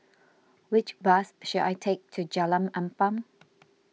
which bus should I take to Jalan Ampang